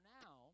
now